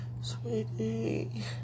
Sweetie